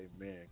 Amen